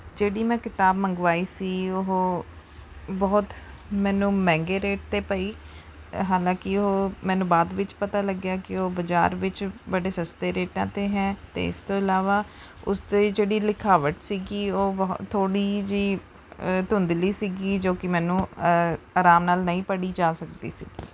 ਜਿਹੜੀ ਮੈਂ ਕਿਤਾਬ ਮੰਗਵਾਈ ਸੀ ਉਹ ਬਹੁਤ ਮੈਨੂੰ ਮਹਿੰਗੇ ਰੇਟ 'ਤੇ ਪਈ ਹਾਲਾਂਕਿ ਉਹ ਮੈਨੂੰ ਬਾਅਦ ਵਿੱਚ ਪਤਾ ਲੱਗਿਆ ਕਿ ਉਹ ਬਜ਼ਾਰ ਵਿੱਚ ਬੜੇ ਸਸਤੇ ਰੇਟਾਂ 'ਤੇ ਹੈ ਅਤੇ ਇਸ ਤੋਂ ਇਲਾਵਾ ਉਸ 'ਤੇ ਜਿਹੜੀ ਲਿਖਾਵਟ ਸੀਗੀ ਉਹ ਬਹੁ ਥੋੜ੍ਹੀ ਜਿਹੀ ਧੁੰਦਲੀ ਸੀਗੀ ਜੋ ਕਿ ਮੈਨੂੰ ਅਰਾਮ ਨਾਲ ਨਹੀਂ ਪੜ੍ਹੀ ਜਾ ਸਕਦੀ ਸੀ